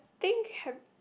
think